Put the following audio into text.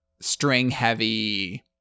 string-heavy